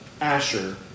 Asher